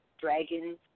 dragons